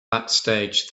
backstage